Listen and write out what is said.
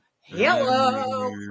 Hello